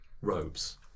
robes